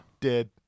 Dead